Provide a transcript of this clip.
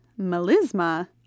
melisma